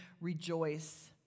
Rejoice